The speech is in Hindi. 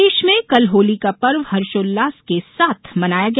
प्रदेश में कल होली का पर्व हर्षोल्लास के साथ मनाया गया